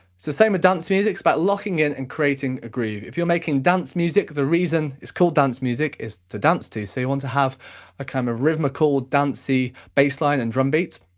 so same with dance music, it's about locking in and creating a groove. if you're making dance music, the reason it's called dance music is to dance to, so you want to have a kind of rhythmical, dancey bassline and drumbeat,